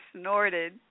snorted